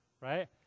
right